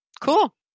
Cool